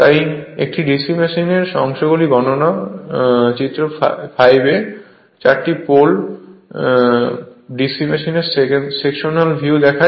তাই একটি DC মেশিনের অংশগুলির বর্ণনা তাই চিত্র 5 আসলে চারটি পোল DC মেশিনের সেকশনাল ভিউ দেখায়